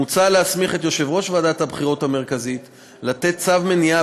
מוצע להסמיך את יושב-ראש ועדת הבחירות המרכזית לתת צו מניעה